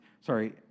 Sorry